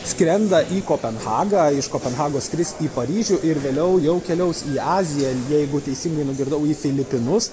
skrenda į kopenhagą iš kopenhagos skris į paryžių ir vėliau jau keliaus į aziją jeigu teisingai nugirdau į filipinus